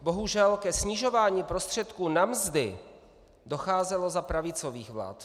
Bohužel ke snižování prostředků na mzdy docházelo za pravicových vlád.